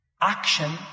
action